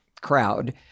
crowd